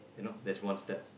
you know that's one step